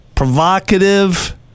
provocative